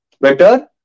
better